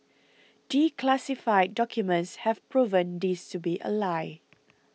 declassified documents have proven this to be a lie